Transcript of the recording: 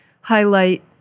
highlight